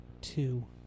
two